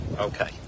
Okay